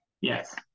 Yes